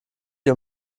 die